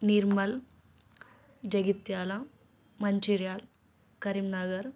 Nirmal Jagtial Mancherial Karimnagar